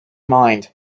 mind